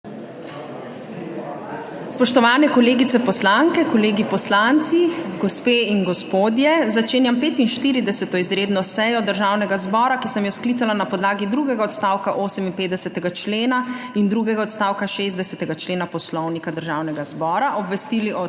Spoštovane kolegice poslanke, kolegi poslanci, gospe in gospodje! Začenjam 45. izredno sejo Državnega zbora, ki sem jo sklicala na podlagi drugega odstavka 58. člena in drugega odstavka 60. člena Poslovnika Državnega zbora. Obvestili o